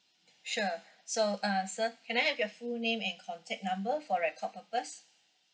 sure so uh sir can I have your full name and contact number for record purpose